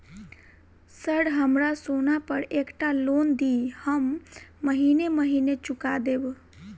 Sir हमरा सोना पर एकटा लोन दिऽ हम महीने महीने चुका देब?